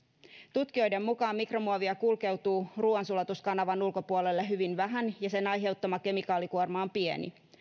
tutkijoiden mukaan mikromuovia kulkeutuu ruoansulatuskanavan ulkopuolelle hyvin vähän ja sen aiheuttama kemikaalikuorma on pieni